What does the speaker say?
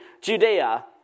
Judea